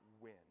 win